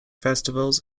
festivals